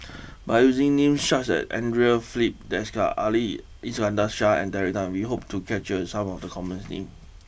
by using names such as Andre Filipe Desker Ali Iskandar Shah and Terry Tan we hope to capture some of the common names